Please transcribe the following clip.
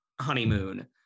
honeymoon